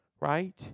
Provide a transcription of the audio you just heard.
Right